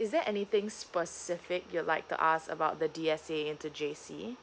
is there anything specific you'd like to ask about the D_S_A into J_C